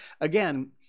again